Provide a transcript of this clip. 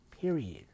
Period